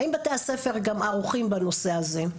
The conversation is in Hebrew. האם בתי הספר גם ערוכים בנושא הזה?